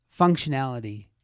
functionality